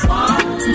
one